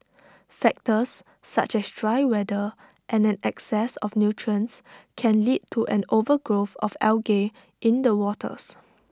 factors such as dry weather and an excess of nutrients can lead to an overgrowth of algae in the waters